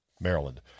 Maryland